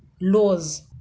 laws